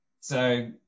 So-